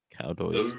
Cowboys